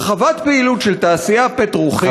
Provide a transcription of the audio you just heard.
הרחבת פעילות של התעשייה הפטרוכימית,